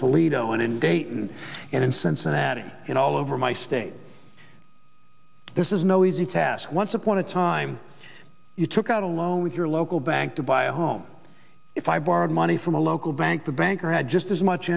toledo and in dayton and in cincinnati and all over my state this is no easy task once upon a time you took out a loan with your local bank to buy a home if i borrowed money from a local bank the banker had just as much